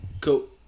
Cool